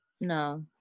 no